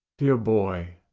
dear boy!